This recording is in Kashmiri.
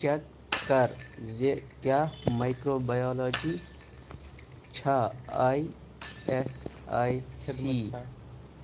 چیٚک کر زِ کیٛاہ مایکرٛو بایولوجی چھا آیۍ ایٚس آیۍ سی